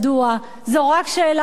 זאת רק שאלה של מחיר?